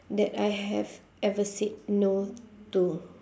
that I have ever said no to